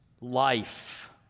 life